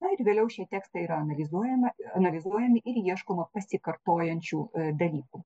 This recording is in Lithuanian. na ir vėliau šie tekstai yra analizuojama analizuojami ir ieškoma pasikartojančių dalykų